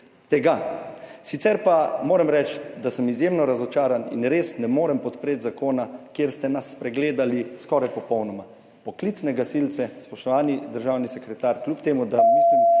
tega. Sicer pa moram reči, da sem izjemno razočaran in res ne morem podpreti zakona, kjer ste nas spregledali skoraj popolnoma, poklicne gasilce, spoštovani državni sekretar, kljub temu da mislim,